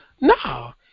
No